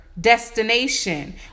destination